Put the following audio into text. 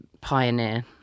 pioneer